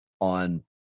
on